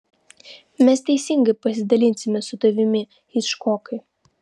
mes teisingai pasidalinsime su tavimi hičkokai